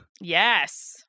Yes